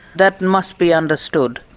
that must be understood.